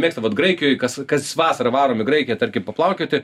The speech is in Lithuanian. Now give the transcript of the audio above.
mėgstu vat graikijoj kas kas vasarą varom į graikiją tarkim paplaukioti